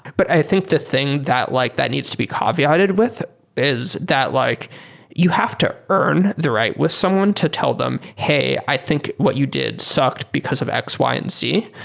but i think the thing that like that needs to be caveated with is that like you have to earn the right with someone to tell them, hey, i think what you did sucked because of x, y and z.